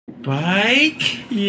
Bike